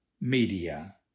media